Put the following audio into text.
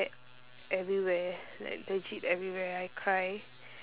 everywhere like legit everywhere I cry